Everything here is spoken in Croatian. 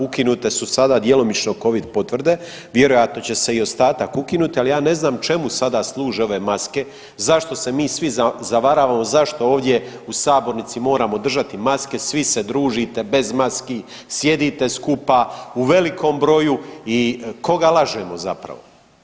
Ukinute su sada djelomično Covid potvrde, vjerojatno će se i ostatak ukinuti, ali ja ne znam čemu sada služe ove maske, zašto se mi svi zavaravamo, zašto ovdje u sabornici moramo držati maske, svi se družite bez maski, sjedite skupa u velikom broju i koga lažemo zapravo?